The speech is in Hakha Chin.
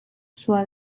sual